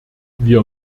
wir